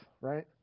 right